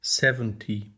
seventy